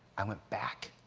i went back